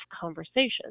conversations